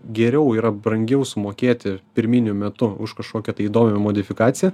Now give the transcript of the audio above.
geriau yra brangiau sumokėti pirminiu metu už kažkokią įdomią modifikaciją